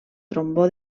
trombó